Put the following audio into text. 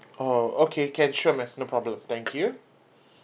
oh okay can sure ma'am no problem thank you